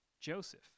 Joseph